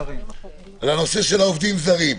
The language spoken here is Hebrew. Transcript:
הנושא של העובדים הזרים.